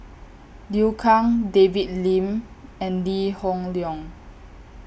Liu Kang David Lim and Lee Hoon Leong